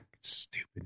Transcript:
stupid